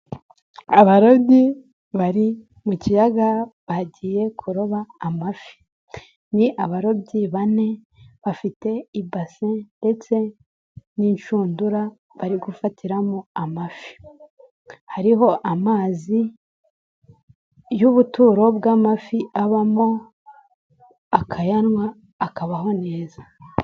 Abarobyi bari mu kiyaga bagiye kuroba amafi, ni abarobyi bane bafite ibase ndetse n'inshundura bari gufatiramo amafi, hariho amazi y'ubuturo bw'amafi abamo, akayanywa akabaho neza.